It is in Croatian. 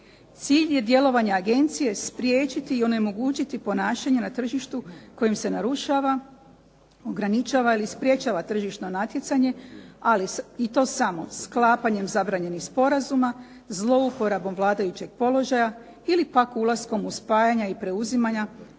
Cilj je djelovanja agencije spriječiti i onemogućiti ponašanje na tržištu kojim se narušava, ograničava ili sprječava tržišno natjecanje, ali i to samo sklapanjem zabranjenih sporazuma, zlouporabom vladajućeg položaja ili pak ulaskom u spajanja i preuzimanja